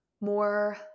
more